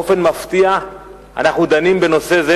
באופן מפתיע אנחנו דנים בנושא זה,